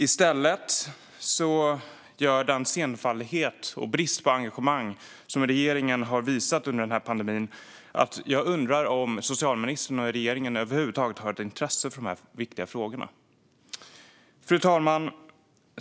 I stället gör den senfärdighet och brist på engagemang som regeringen har visat under pandemin att jag undrar om socialministern och regeringen över huvud taget har något intresse för de här viktiga frågorna. Fru talman!